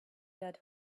dead